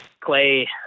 clay